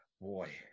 boy